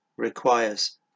requires